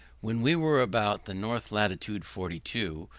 when we were about the north latitude forty two,